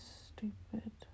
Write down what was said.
stupid